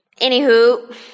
Anywho